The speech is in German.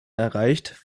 erreicht